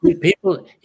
people